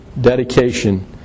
dedication